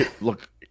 look